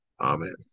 Amen